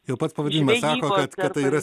jau pats pavadinimas sako kad tai yra